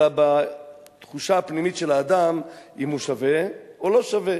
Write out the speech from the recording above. אלא בתחושה הפנימית של האדם אם הוא שווה או לא שווה.